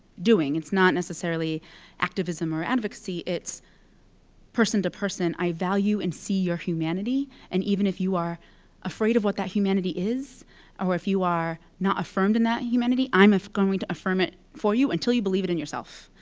doing. it's not necessarily activism or advocacy, it's person-to-person, i value and see your humanity, and even if you are afraid of what that humanity is or if you are not affirmed in that humanity, i'm going to affirm it for you until you believe it in yourself.